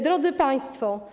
Drodzy Państwo!